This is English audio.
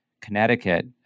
Connecticut